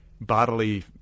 bodily